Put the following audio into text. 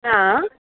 हा